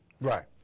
Right